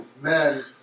men